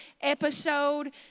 episode